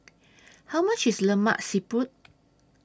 How much IS Lemak Siput